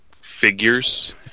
figures